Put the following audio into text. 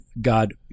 God